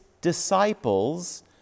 disciples